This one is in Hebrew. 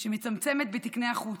שמצמצמת בתקני החוץ,